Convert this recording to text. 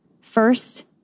first